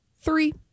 three